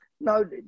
no